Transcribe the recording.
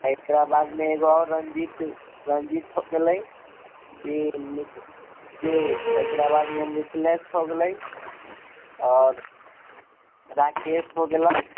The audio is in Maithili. एकराबादमे एकगो और रंजीत रंजीत होगेलै जी जी एकराबादमे मिथिलेश होगेलै और राकेश होगेलै